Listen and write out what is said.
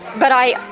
but i